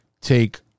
take